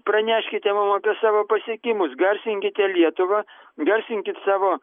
praneškite mum apie savo pasiekimus garsinkite lietuvą garsinkit savo